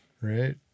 right